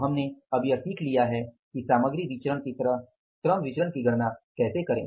तो अब हमने यह सिख लिया है कि सामग्री विचरण की तरह श्रम विचरण की गणना कैसे करें